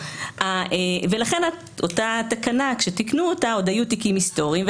ולכן כשתיקנו את התקנה עוד היו תיקים היסטוריים,